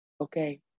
Okay